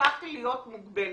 הפכתי להיות מוגבלת